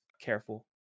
careful